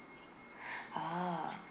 oh